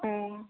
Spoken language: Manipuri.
ꯑꯣ